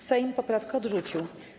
Sejm poprawkę odrzucił.